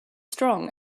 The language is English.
strong